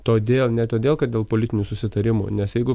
todėl ne todėl kad dėl politinių susitarimų nes jeigu